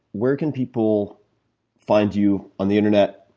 where can people find you on the internet?